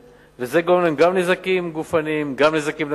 וזה גורם להם גם נזקים גופניים, גם נזקים נפשיים,